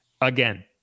Again